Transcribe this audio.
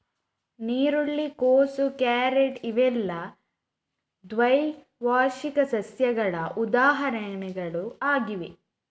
ನೀರುಳ್ಳಿ, ಕೋಸು, ಕ್ಯಾರೆಟ್ ಇವೆಲ್ಲ ದ್ವೈವಾರ್ಷಿಕ ಸಸ್ಯಗಳ ಉದಾಹರಣೆಗಳು ಆಗಿವೆ